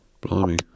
blimey